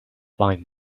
find